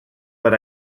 but